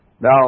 Now